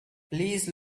please